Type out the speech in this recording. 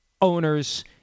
owners